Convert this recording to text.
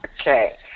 Okay